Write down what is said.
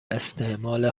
استعمال